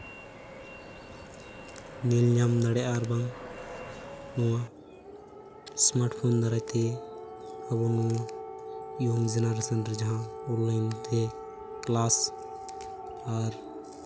ᱧᱮᱞᱧᱟᱢ ᱫᱟᱲᱮᱭᱟᱜᱼᱟ ᱟᱨᱵᱟᱝ ᱱᱚᱣᱟ ᱮᱥᱢᱟᱴ ᱯᱷᱳᱱ ᱫᱟᱨᱟᱭ ᱛᱮ ᱟᱵᱚ ᱱᱚᱣᱟ ᱱᱤᱭᱩ ᱡᱮᱱᱟᱨᱮᱥᱚᱱ ᱨᱮ ᱡᱟᱦᱟᱸ ᱚᱱᱞᱟᱭᱤᱱ ᱛᱮ ᱠᱞᱟᱥ ᱟᱨ